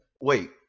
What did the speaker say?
Wait